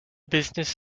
business